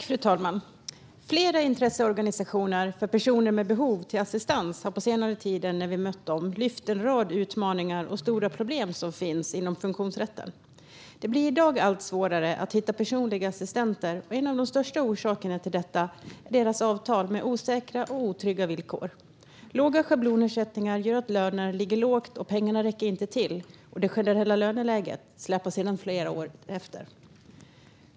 Fru talman! Flera intresseorganisationer för personer med behov av assistans har på senare tid när vi mött dem tagit upp en rad utmaningar och stora problem som finns inom funktionsrätten. Det blir allt svårare att hitta personliga assistenter, och en av de största orsakerna är avtal med osäkra och otrygga villkor. Låga schablonersättningar gör att lönerna ligger lågt och pengarna inte räcker till, och det generella löneläget släpar sedan flera år efter.